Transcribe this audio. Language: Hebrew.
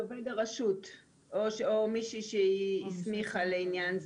של עובד הרשות או מי שהיא הסמיכה לעניין זה.